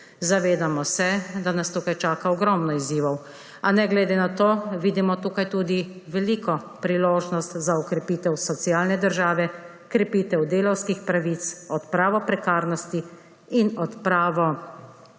Zavedamo se, da nas tukaj čaka ogromno izzivov, a ne glede na to, vidimo tukaj tudi veliko priložnost za okrepitev socialne države, krepitev delavskih pravic, odpravo prekarnosti in odpravo